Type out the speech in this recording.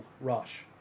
rush